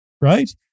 right